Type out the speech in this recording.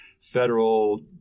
Federal